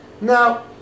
Now